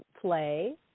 play